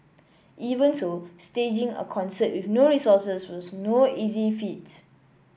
even so staging a concert with no resources was no easy feat